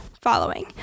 Following